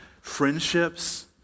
friendships